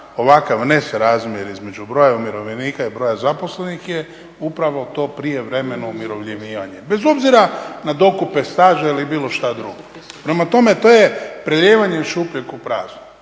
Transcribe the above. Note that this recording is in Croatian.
ovakav nesrazmjer između broja umirovljenika i broja zaposlenih je upravo to prijevremeno umirovljenje. Bez obzira na dokupe staža ili bilo što drugo. Prema tome, to je prelijevanje iz šupljeg u prazno.